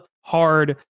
hard